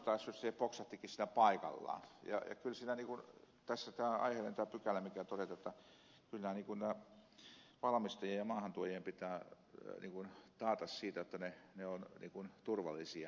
kyllä tässä aiheellinen on tämä pykälä mikä todetaan jotta kyllä näiden valmistajien ja maahantuojien pitää taata se jotta ne ovat turvallisia